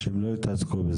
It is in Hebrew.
ולא במסלול גבייה